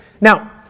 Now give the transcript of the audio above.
Now